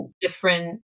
different